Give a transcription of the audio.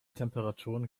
temperaturen